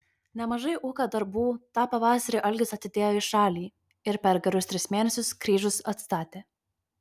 nemažai ūkio darbų tą pavasarį algis atidėjo į šalį ir per gerus tris mėnesius kryžius atstatė